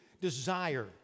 desire